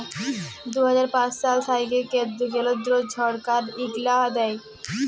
দু হাজার পাঁচ সাল থ্যাইকে কেলদ্র ছরকার ইগলা দেয়